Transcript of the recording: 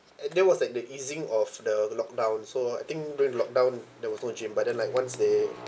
uh that was like the easing of the lock down so I think during lockdown there was no gym by then like once they